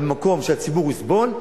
אבל במקום שהציבור יסבול,